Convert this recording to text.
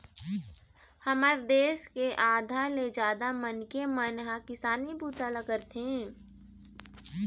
हमर देश के आधा ले जादा मनखे मन ह किसानी बूता ल करथे